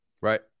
Right